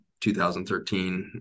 2013